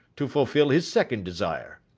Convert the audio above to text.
to fulfil his second desire.